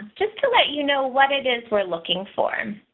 just to let you know what it is we're looking for.